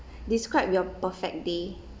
describe your perfect day